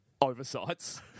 oversights